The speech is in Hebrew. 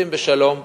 חפצים בשלום,